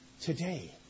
today